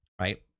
right